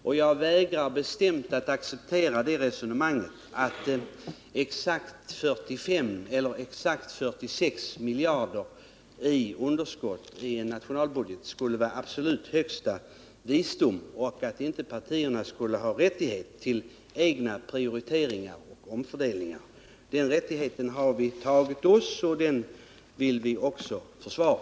Och jag vägrar bestämt att acceptera resonemanget att exakt 45 eller exakt 46 miljarder i underskott i en nationalbudget skulle vara absolut högsta visdom och att partierna inte skulle ha rättighet att göra egna prioriteringar och omfördelningar. Den rättigheten har vi tagit oss, och den vill vi också försvara,